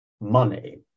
money